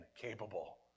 capable